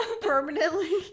permanently